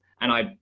and i,